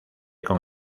con